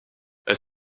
elle